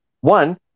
One